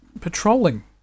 patrolling